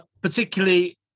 particularly